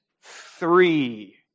three